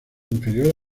inferior